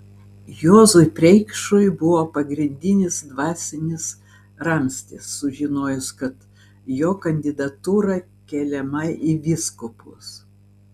juozui preikšui buvo pagrindinis dvasinis ramstis sužinojus kad jo kandidatūra keliama į vyskupus